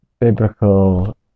biblical